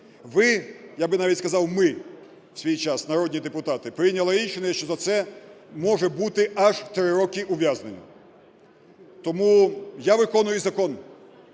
Ви, я б навіть сказав ми, в свій час, народні депутати, прийняли рішення, що за це може бути аж три роки ув'язнення. Тому я виконую закон,